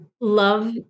love